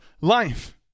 life